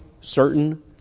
certain